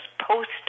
post